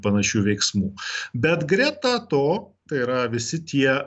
panašių veiksmų bet greta to tai yra visi tie